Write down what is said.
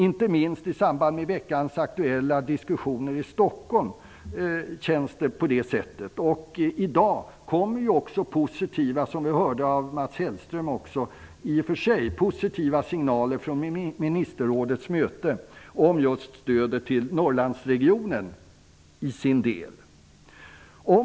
Det gäller inte minst vid veckans aktuella diskussioner i Stockholm. I dag kommer positiva signaler från ministerrådets möte om just stödet till Norrlandsregionen. Det hörde vi också från Mats Hellström.